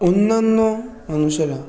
অন্যান্য মানুষেরা